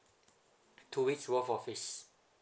two weeks worth of his